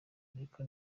ariko